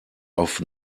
auf